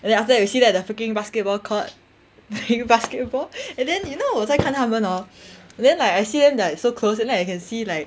and then after that we see them at the freaking basketball court playing basketball and then you know 我在看他们 hor then like I see them like so close and then I can see like